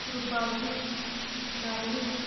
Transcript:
Rupali Sonali